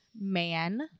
man